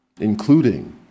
including